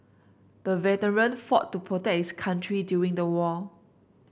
the veteran fought to protect his country during the war